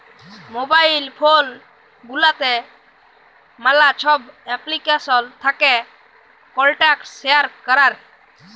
mobile phone গুলাতে ম্যালা ছব এপ্লিকেশল থ্যাকে কল্টাক্ট শেয়ার ক্যরার